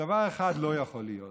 שדבר אחד לא יכול להיות,